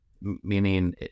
Meaning